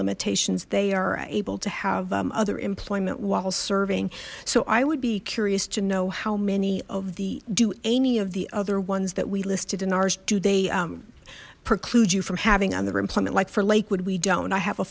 limitations they are able to have other employment while serving so i would be curious to know how many of the do any of the other ones that we listed in ours do they preclude you from having on their employment like for lakewood we don't i have a